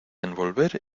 envolver